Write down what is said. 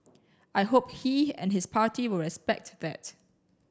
I hope he and his party will respect that